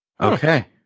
Okay